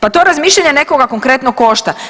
Pa to razmišljanje nekoga konkretno košta.